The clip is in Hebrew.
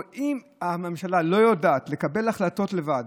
אם הממשלה לא יודעת לקבל החלטות לבד,